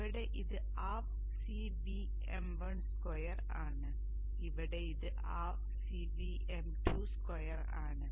ഇവിടെ ഇത് ½ CVm12 ആണ് ഇവിടെ ഇത് ½ CVm22 ആണ്